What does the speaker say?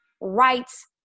rights